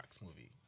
movie